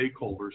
stakeholders